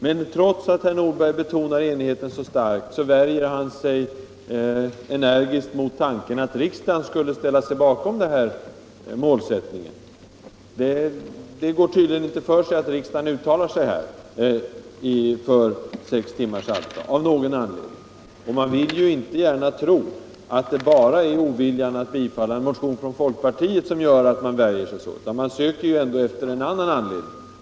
Men trots att herr Nordberg betonar enigheten så starkt, värjer han sig energiskt mot tanken att riksdagen skulle ställa sig bakom denna målsättning. Av någon anledning går det tydligen inte för sig att riksdagen uttalar sig för sex timmars arbetsdag. Vi vill ju inte tro att det bara är oviljan att bifalla en motion från folkpartiet som gör att man värjer sig så, utan vi söker efter en annan anledning.